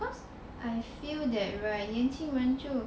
cause I feel that right 年轻人就